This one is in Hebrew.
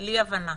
כלי הבנה.